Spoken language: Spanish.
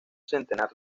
centenar